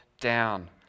down